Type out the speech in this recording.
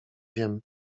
wiem